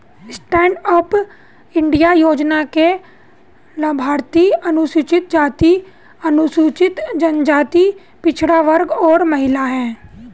stand up India योजना के लाभार्थी अनुसूचित जाति, अनुसूचित जनजाति, पिछड़ा वर्ग और महिला है